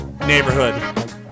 neighborhood